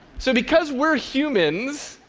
so because we're humans,